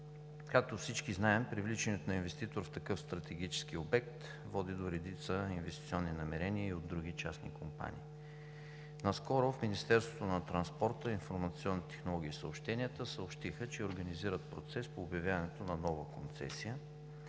както всички знаем, привличането на инвеститор в такъв стратегически обект води до редица инвестиционни намерения и от други частни компании. Наскоро в Министерството на транспорта, информационните технологии и съобщенията съобщиха, че организират процес по обявяването на нова концесия.